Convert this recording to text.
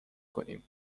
کنیم